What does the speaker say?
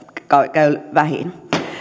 käy vähiin